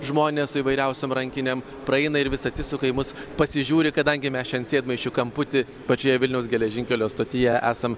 žmonės su įvairiausiom rankinėm praeina ir vis atsisuka į mus pasižiūri kadangi mes čia ant sėdmaišių kamputy pačioje vilniaus geležinkelio stotyje esam